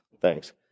Thanks